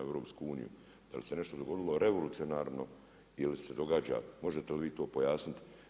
Da li se nešto dogodilo revolucionarno ili se događa, možete li vi to pojasniti?